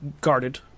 guarded